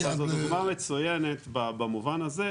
עד אבל זו דוגמה מצוינת במובן הזה,